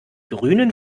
grünen